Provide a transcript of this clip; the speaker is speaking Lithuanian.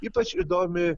ypač įdomi